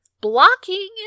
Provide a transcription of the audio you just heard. Blocking